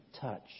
touch